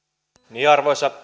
työpaikkaa arvoisa